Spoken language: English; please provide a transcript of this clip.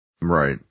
Right